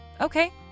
Okay